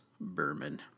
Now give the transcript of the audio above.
Berman